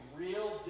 real